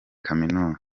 kaminuza